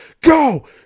Go